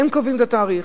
הן קובעות את התאריך.